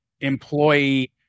employee